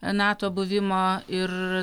nato buvimą ir